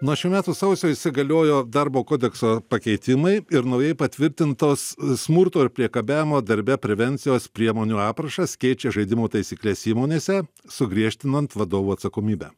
nuo šių metų sausio įsigaliojo darbo kodekso pakeitimai ir naujai patvirtintos smurto ir priekabiavimo darbe prevencijos priemonių aprašas keičia žaidimo taisykles įmonėse sugriežtinant vadovų atsakomybę